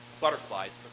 butterflies